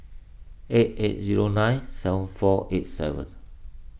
eight eight zero nine seven four eight seven